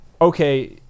okay